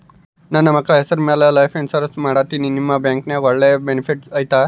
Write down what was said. ನನ್ನ ಮಕ್ಕಳ ಹೆಸರ ಮ್ಯಾಲೆ ಲೈಫ್ ಇನ್ಸೂರೆನ್ಸ್ ಮಾಡತೇನಿ ನಿಮ್ಮ ಬ್ಯಾಂಕಿನ್ಯಾಗ ಒಳ್ಳೆ ಬೆನಿಫಿಟ್ ಐತಾ?